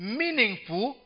meaningful